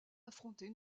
affrontées